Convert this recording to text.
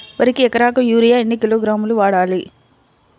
వరికి ఎకరాకు యూరియా ఎన్ని కిలోగ్రాములు వాడాలి?